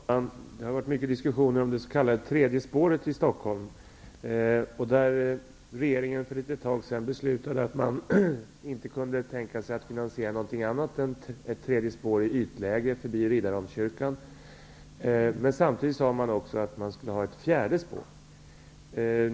Fru talman! Det har förts många diskussioner om det s.k. tredje spåret i Stockholm. Regeringen beslutade för ett litet tag sedan att man inte kunde tänka sig att finansiera något annat än ett tredje spår i ytläge förbi Riddarholmskyrkan. Samtidigt talades det om ett fjärde spår.